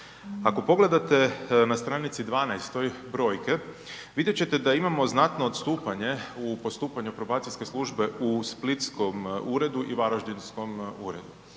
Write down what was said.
Ako pogledate na stranici 12 brojke, vidjet ćete da imamo znatno odstupanje u postupanju Probacijske služe u splitskom uredu i varaždinskom uredu.